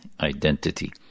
identity